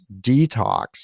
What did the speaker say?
detox